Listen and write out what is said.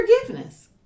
forgiveness